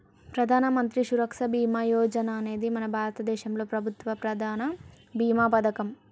ప్రధానమంత్రి సురక్ష బీమా యోజన అనేది మన భారతదేశంలో ప్రభుత్వ ప్రధాన భీమా పథకం